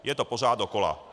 Je to pořád dokola.